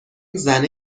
زنه